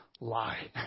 lie